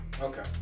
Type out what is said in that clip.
Okay